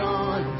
on